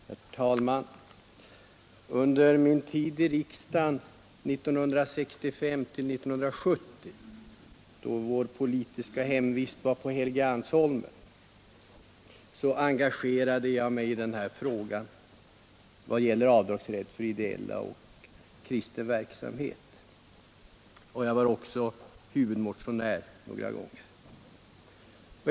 Herr talman! Under min tid i riksdagen 1965—1970, då Helgeandsholmen var vår hemvist för det politiska livet, engagerade jag mig i frågan om avdragsrätt för gåvor till ideell och kristen verksamhet. Jag var också huvudmotionär några gånger.